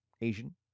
Asian